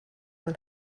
will